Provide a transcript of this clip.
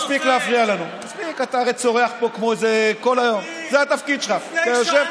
איך זה קשור לנושא,